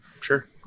Sure